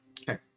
Okay